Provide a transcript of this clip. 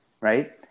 Right